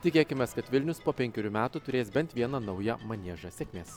tikėkimės kad vilnius po penkerių metų turės bent viena nauja maniežą sėkmės